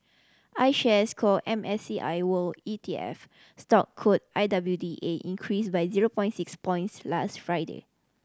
iShares Core M I C I World E T F stock code I W D A increased by zero point six points last Friday